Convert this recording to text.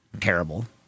terrible